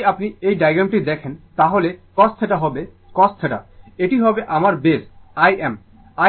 আর যদি আপনি এই ডায়াগ্রামটি দেখেন তাহলে cos θ হবে cos θ এটি হবে আমার বেস Im